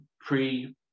pre